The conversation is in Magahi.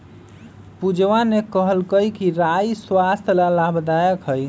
पूजवा ने कहल कई कि राई स्वस्थ्य ला लाभदायक हई